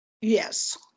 yes